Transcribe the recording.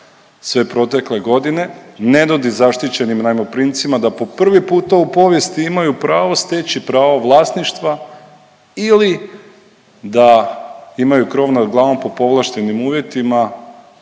sve protekle godine. Ne nudi zaštićenim najmoprimcima da po prvi puta u povijesti imaju pravo steći pravo vlasništva ili da imaju krov nad glavom po povlaštenim uvjetima